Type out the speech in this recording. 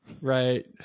Right